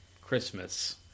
Christmas